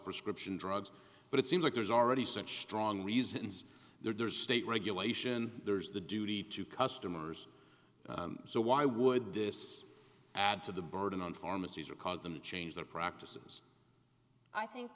prescription drugs but it seems like there's already such strong reasons there's state regulation there is the duty to customers so why would this add to the burden on pharmacies or cause them to change their practices i think